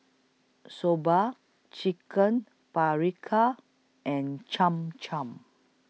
Soba Chicken Paprikas and Cham Cham